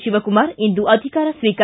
ಶಿವಕುಮಾರ್ ಇಂದು ಅಧಿಕಾರ ಸ್ವೀಕಾರ